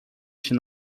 się